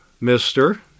mister